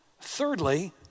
Thirdly